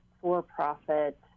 for-profit